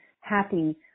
happy